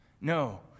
No